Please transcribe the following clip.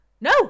no